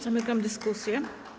Zamykam dyskusję.